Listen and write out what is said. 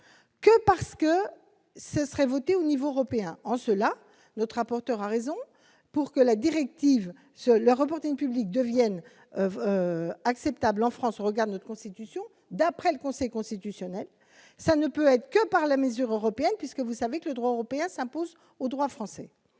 que parce que ce serait votée au niveau européen en cela notre rapporteur a raison pour que la directive sur le reporting public devienne acceptable en France regarde notre constitution, d'après le Conseil constitutionnel, ça ne peut être que par la mesure européenne puisque vous savez que le droit européen s'impose au droit français,